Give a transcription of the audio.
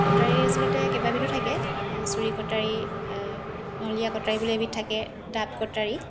কটাৰী আচলতে কেইবাবিধো থাকে চুৰী কটাৰী নলীয়া কটাৰী বুলি এবিধ থাকে দাব কটাৰী